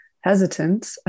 hesitant